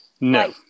No